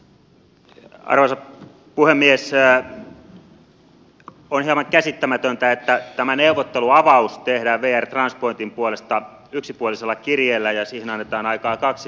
on hieman käsittämätöntä että tämä neuvotteluavaus tehdään vr transpointin puolesta yksipuolisella kirjeellä ja siihen annetaan aikaa kaksi viikkoa vastata